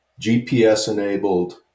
GPS-enabled